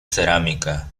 cerámica